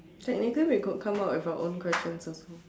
technically we could come up with our own questions also